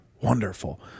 wonderful